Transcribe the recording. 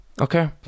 Okay